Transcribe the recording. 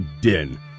den